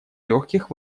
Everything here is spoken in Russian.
легких